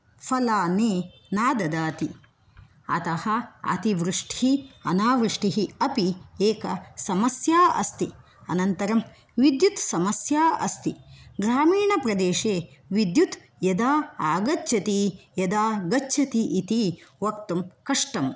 फलानि न ददाति अतः अतिवृष्ठि अनावृष्टिः अपि एका समस्या अस्ति अनन्तरं विद्युत् समस्या अस्ति ग्रामीणप्रदेशे विद्युत् यदा आगच्छति यदा गच्छति इति वक्तुं कष्टम्